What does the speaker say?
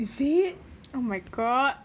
is it oh my god